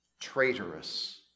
traitorous